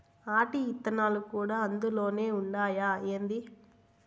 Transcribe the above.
ఆటి ఇత్తనాలు కూడా అందులోనే ఉండాయా ఏంది